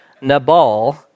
Nabal